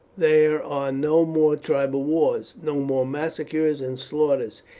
there are no more tribal wars, no more massacres and slaughters,